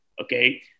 okay